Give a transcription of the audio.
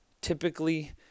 typically